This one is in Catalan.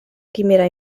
quimera